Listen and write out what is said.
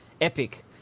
Epic